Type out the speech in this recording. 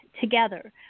together